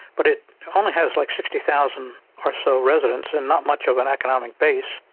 but it only has like sixty thousand or so residents, and not much of an economic base,